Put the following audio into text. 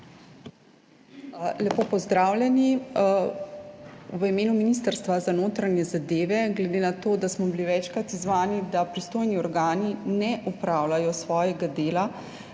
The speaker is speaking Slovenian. Lepo pozdravljeni v imenu Ministrstva za notranje zadeve. Glede na to, da smo bili večkrat izzvani, da pristojni organi ne opravljajo svojega dela,